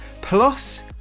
plus